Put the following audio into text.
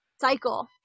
cycle